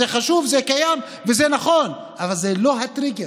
זה חשוב, זה קיים וזה נכון, אבל זה לא הטריגר.